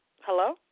Hello